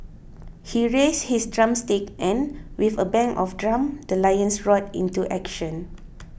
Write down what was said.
he raised his drumsticks and with a bang of drum the lions roared into action